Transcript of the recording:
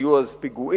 היו אז פיגועים,